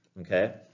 okay